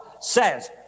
says